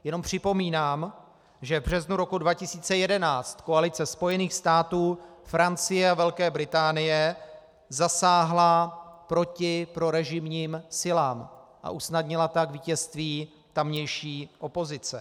Jenom připomínám, že v březnu roku 2011 koalice Spojených států, Francie a Velké Británie zasáhla proti prorežimním silám, a usnadnila tak vítězství tamější opozice.